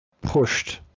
pushed